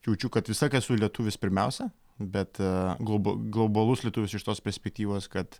jaučiu kad vis tiek esu lietuvis pirmiausia bet globa globalus lietuvis iš tos perspektyvos kad